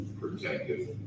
protective